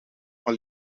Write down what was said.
van